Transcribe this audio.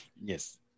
yes